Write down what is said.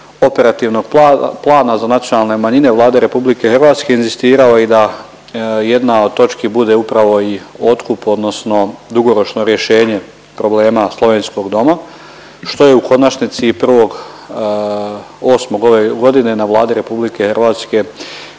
operativnog plana za nacionalne manjine Vlade RH inzistirao i da jedna od točki bude upravo i otkup odnosno dugoročno rješenje problema Slovenskog doma, što je u konačnici i 1.08. ove godine na Vladi RH i usvojeno,